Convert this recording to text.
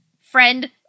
friend-